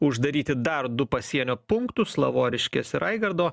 uždaryti dar du pasienio punktus lavoriškėse raigardo